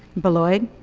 beloyed.